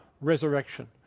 resurrection